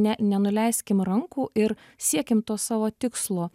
ne ne nenuleiskim rankų ir siekim to savo tikslo